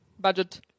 Budget